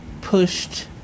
pushed